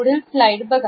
पुढील स्लाईड बघा